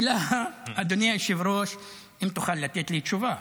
אם תוכל לתת לי תשובה: